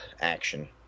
action